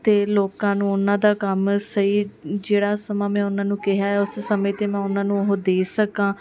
ਅਤੇ ਲੋਕਾਂ ਨੂੰ ਉਨ੍ਹਾਂ ਦਾ ਕੰਮ ਸਹੀ ਜਿਹੜਾ ਸਮਾਂ ਮੈਂ ਉਨ੍ਹਾਂ ਨੂੰ ਕਿਹਾ ਹੈ ਉਸ ਸਮੇਂ 'ਤੇ ਮੈਂ ਉਨ੍ਹਾਂ ਨੂੰ ਉਹ ਦੇ ਸਕਾਂ